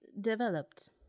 developed